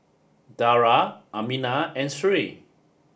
Dara Aminah and Sri